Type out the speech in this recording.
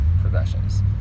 progressions